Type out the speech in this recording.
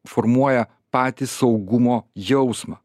formuoja patį saugumo jausmą